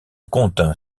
compte